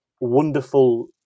wonderful